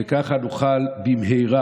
וככה נוכל במהרה,